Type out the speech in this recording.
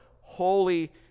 holy